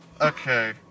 Okay